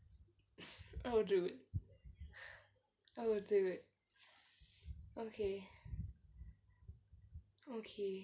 oh dude oh dude okay okay